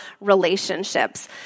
relationships